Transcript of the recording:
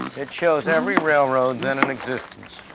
it shows every railroad then in existence.